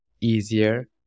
easier